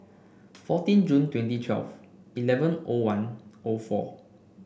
fourteen June twenty twelve eleven O one O four